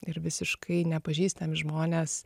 ir visiškai nepažįstami žmonės